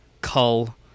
Cull